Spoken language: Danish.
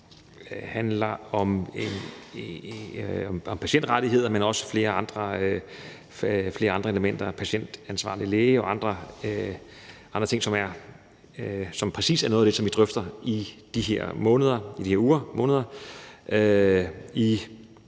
som handler om patientrettigheder, men også flere andre elementer – patientansvarlig læge og andre ting, som præcis er noget af det, vi drøfter i de her uger og måneder